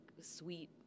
sweet